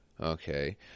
Okay